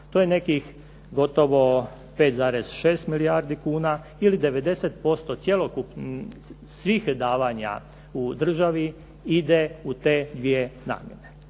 To je nekih gotovo 5,6 milijardi kuna ili 90% svih davanja u državi ide u te dvije namjene.